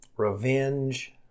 Revenge